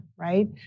right